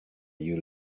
you